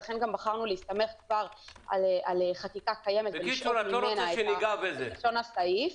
ולכן בחרנו להסתמך כבר על חקיקה קיימת ולשאוב ממנה את לשון הסעיף.